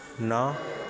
ਨਾ